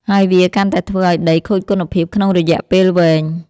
ហើយវាកាន់តែធ្វើឱ្យដីខូចគុណភាពក្នុងរយៈពេលវែង។